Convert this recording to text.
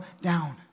down